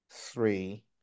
three